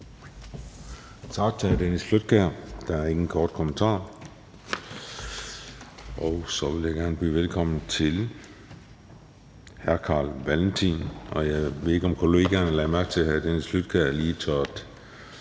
Tak til hr. Dennis Flydtkjær. Der er ingen korte bemærkninger. Så vil jeg gerne byde velkommen til hr. Carl Valentin. Og jeg ved ikke, om kollegaerne lagde mærke til, at hr. Dennis Flydtkjær lige tørrede